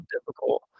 difficult